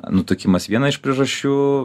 nutukimas viena iš priežasčių